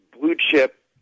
blue-chip